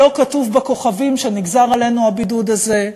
שלא כתוב בכוכבים שנגזר עלינו הבידוד הזה,